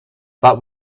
but